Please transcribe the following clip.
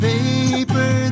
Paper